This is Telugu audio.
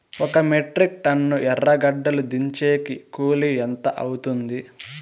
ఒక మెట్రిక్ టన్ను ఎర్రగడ్డలు దించేకి కూలి ఎంత అవుతుంది?